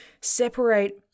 separate